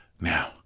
Now